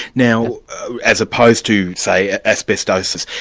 now as opposed to say, asbestosis,